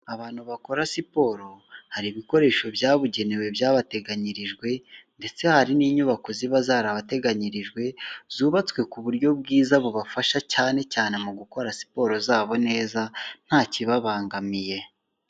Abantu bakora siporo hari ibikoresho byabugenewe byabateganyirijwe, ndetse hari n'inyubako ziba zarabateganyirijwe, zubatswe ku buryo bwiza bubafasha cyane cyane mu gukora siporo zabo neza nta kibabangamiye.